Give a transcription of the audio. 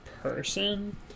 person